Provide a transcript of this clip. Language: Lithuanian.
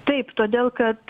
taip todėl kad